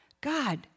God